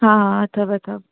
हा हा अथव अथव